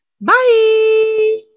Bye